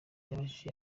yabajije